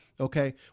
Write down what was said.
Okay